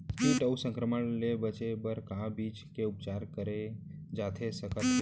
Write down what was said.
किट अऊ संक्रमण ले बचे बर का बीज के उपचार करे जाथे सकत हे?